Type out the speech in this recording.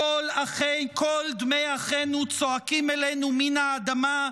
קול דמי אחינו צועקים אלינו מן האדמה,